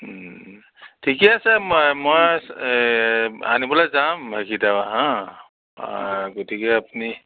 ঠিকেই আছে মই আনিবলৈ যাম হাঁ গতিকে আপুনি